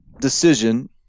decision